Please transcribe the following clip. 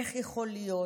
איך יכול להיות